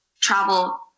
travel